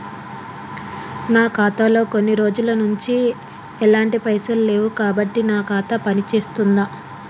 నా ఖాతా లో కొన్ని రోజుల నుంచి ఎలాంటి పైసలు లేవు కాబట్టి నా ఖాతా పని చేస్తుందా?